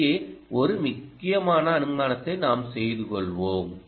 இங்கே ஒரு முக்கியமான அனுமானத்தை நாம் செய்துள்ளோம்